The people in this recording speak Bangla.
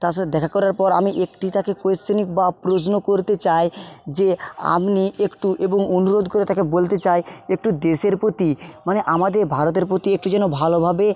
তার সাথে দেখা করার পর আমি একটি তাকে কোশ্চেনই বা প্রশ্ন করতে চাই যে আপনি একটু এবং অনুরোধ করে তাকে বলতে চাই একটু দেশের প্রতি মানে আমাদের ভারতের প্রতি একটু যেন ভালোভাবে